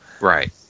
Right